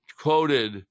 quoted